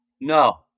No